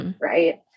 Right